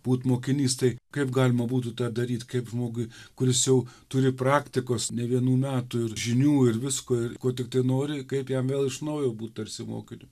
būt mokinys tai kaip galima būtų tą daryt kaip žmogui kuris jau turi praktikos ne vienų metų ir žinių ir visko ir ko tiktai nori kaip jam vėl iš naujo būt tarsi mokiniu